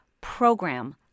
program